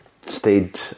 stayed